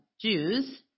Jews